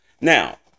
Now